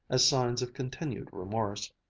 as signs of continued remorse,